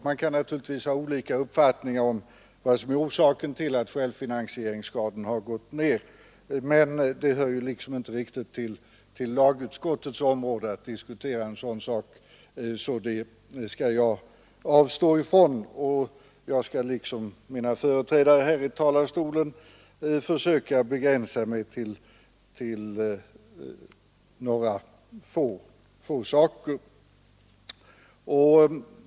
Man kan naturligtvis ha olika uppfattningar om vad som är orsaken till att självfinansieringsgraden har gått ned, men det hör inte riktigt till lagutskottets område att diskutera en sådan fråga, och jag skall därför avstå från det. Jag skall liksom mina företrädare här i talarstolen försöka Nr 99 begranss mig till några få punkter.